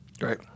Right